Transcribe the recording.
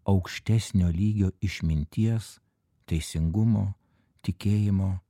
aukštesnio lygio išminties teisingumo tikėjimo